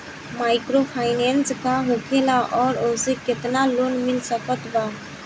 Microfinance का होखेला और ओसे केतना लोन मिल सकत बा?